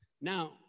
Now